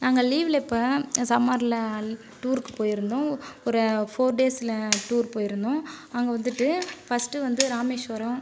நாங்கள் லீவில் இப்போ சம்மரில் டூருக்குப் போயிருந்தோம் ஒரு ஃபோர் டேஸில் டூர் போயிருந்தோம் அங்கே வந்துட்டு ஃபர்ஸ்ட் வந்து ராமேஸ்வரம்